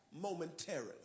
momentarily